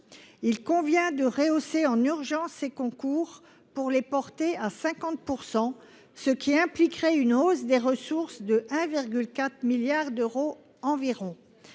Il convient de rehausser en urgence ces concours pour les porter à 50 %, ce qui impliquerait une hausse des ressources de 1,4 milliard d’euros environ.